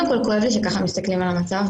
קודם כל כואב לי שככה מסתכלים על המצב,